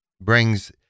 brings